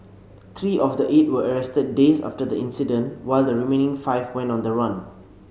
three of the eight were arrested days after the incident while the remaining five went on the run